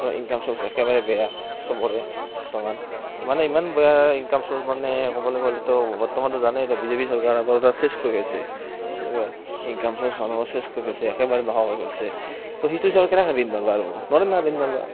income source একেবাৰেই বেয়া সবৰে বৰ্তমান মানে ইমান বেয়া ইনকম চ'ৰ্চ মানে ক'বলৈ গ'লেতো বৰ্তমানতো জানেই এতিয়া বিজেপি চৰকাৰে চেছ কৰিছে তো সেইটো হিচাপত কেনেকৈ দিম বাৰু